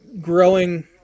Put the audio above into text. growing